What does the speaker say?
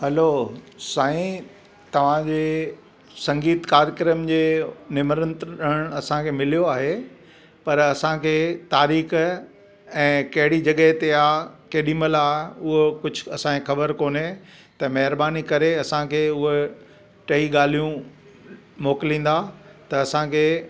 hello साईं तव्हांजे संगीत कार्यक्रम जे निमंत्रण असांखे मिलियो आहे पर असांखे तारीख़ ऐं कहिड़ी जॻह ते आ्हे केॾी महिल आहे उहो कुझु असांखे ख़बर कोन्हे त महिरबानी करे असांखे उहा टई ॻाल्हियूं मोकिलींदा त असांखे